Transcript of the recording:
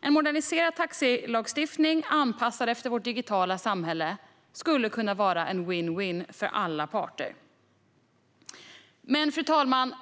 En moderniserad taxilagstiftning anpassad efter vårt digitala samhälle skulle kunna vara en win-win-situation för alla parter. Fru talman!